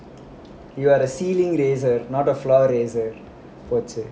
you are a ceiling raiser not the floor raiser